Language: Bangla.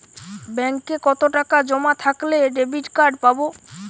ব্যাঙ্কে কতটাকা জমা থাকলে ডেবিটকার্ড পাব?